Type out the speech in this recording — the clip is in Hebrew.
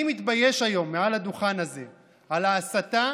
אני מתבייש היום מעל הדוכן הזה על ההסתה,